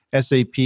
SAP